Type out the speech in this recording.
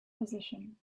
position